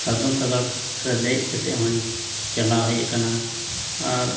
ᱥᱟᱫᱚᱢ ᱥᱟᱜᱟᱲ ᱨᱮ ᱫᱮᱡ ᱠᱟᱛᱮᱫ ᱦᱚᱧ ᱪᱟᱞᱟᱣ ᱦᱮᱡ ᱠᱟᱱᱟ ᱟᱨ